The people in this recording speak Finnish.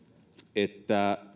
että